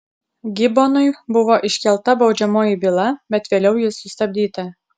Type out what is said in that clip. gibonui buvo iškelta baudžiamoji byla bet vėliau ji sustabdyta